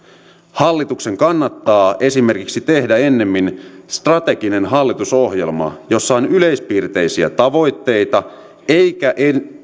hallituksen kannattaa esimerkiksi tehdä ennemmin strateginen hallitusohjelma jossa on yleispiirteisiä tavoitteita eikä